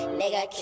nigga